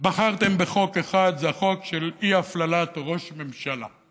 בחרתם בחוק אחד, זה החוק של אי-הפללת ראש ממשלה.